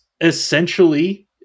essentially